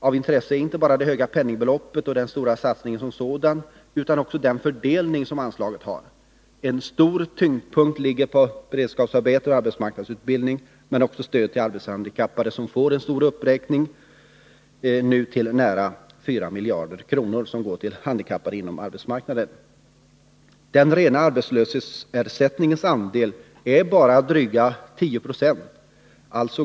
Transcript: Av intresse är inte bara det mycket höga penningbeloppet och den stora satsningen som sådan, utan också den fördelning som anslaget har. En stark betoning ligger på beredskapsarbeten och arbetsmarknadsutbildning, men också stödet till arbetshandikappade har fått en stor uppräkning. Det är nu nära 4 miljarder kronor som går till handikappade inom arbetsmarknaden. Den rena arbetslöshetsersättningens andel är bara dryga 10 90.